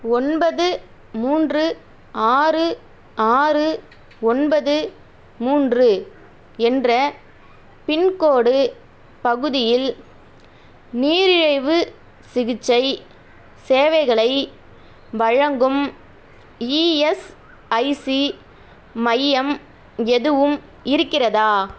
ஒன்பது மூன்று ஆறு ஆறு ஒன்பது மூன்று என்ற பின்கோடு பகுதியில் நீரிழிவு சிகிச்சை சேவைகளை வழங்கும் இஎஸ்ஐசி மையம் எதுவும் இருக்கிறதா